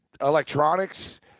electronics